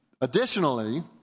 Additionally